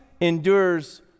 endures